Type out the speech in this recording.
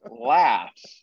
laughs